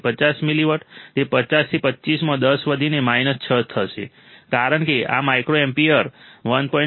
50 milliwatt તે 50 થી 25 માં 10 વધીને માઈનસ 6 થશે કારણ કે આ માઇક્રોએમ્પીયર 1